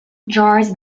jars